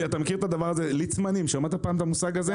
אתה מכיר את המושג "ליצמנים" שמעת פעם את המושג הזה?